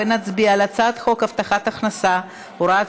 ונצביע על הצעת חוק הבטחת הכנסה (הוראת